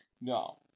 No